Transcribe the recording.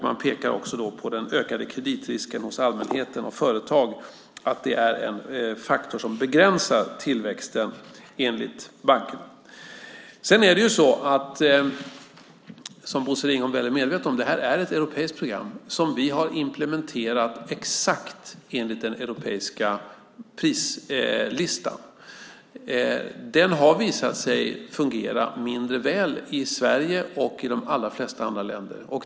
Man pekar också på den ökade kreditrisken hos allmänheten och företag, att det är en faktor som begränsar tillväxten enligt bankerna. Sedan är det här, som Bosse Ringholm är väl medveten om, ett europeiskt program som vi har implementerat exakt enligt den europeiska prislistan. Den har visat sig fungera mindre väl i Sverige och i de allra flesta andra länder.